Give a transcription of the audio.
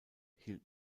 hielt